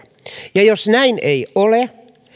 ja jos näin ei ole